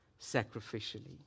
sacrificially